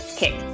kick